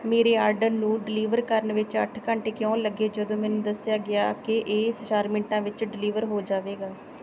ਮੇਰੇ ਆਰਡਰ ਨੂੰ ਡਿਲੀਵਰ ਕਰਨ ਵਿੱਚ ਅੱਠ ਘੰਟੇ ਕਿਉਂ ਲੱਗੇ ਜਦੋਂ ਮੈਨੂੰ ਦੱਸਿਆ ਗਿਆ ਕਿ ਇਹ ਚਾਰ ਮਿੰਟਾਂ ਵਿੱਚ ਡਿਲੀਵਰ ਹੋ ਜਾਵੇਗਾ